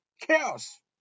chaos